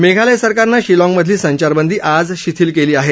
मेघालय सरकारनं शिलॉगमधली संचारबंदी आज शिथिल केली आहे